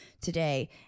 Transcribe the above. today